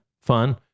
fun